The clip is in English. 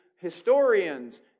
historians